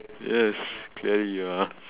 yes clearly you are